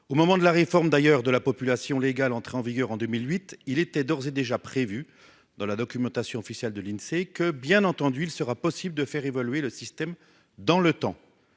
Au moment de la réforme d'ailleurs de la population légale, entrée en vigueur en 2008, il était d'ores et déjà prévu dans la documentation officielle de l'Insee, que bien entendu il sera possible de faire évoluer le système. Dans le temps.--